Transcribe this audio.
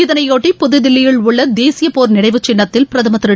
இதனையொட்டி புதுதில்லியில் உள்ள தேசிய போர் நினைவு சின்னத்தில் பிரதமர் திரு